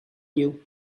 you